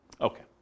Okay